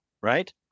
right